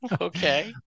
Okay